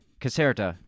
caserta